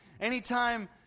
Anytime